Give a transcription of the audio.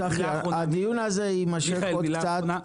הדיון הזה יימשך עוד קצת.